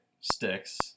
sticks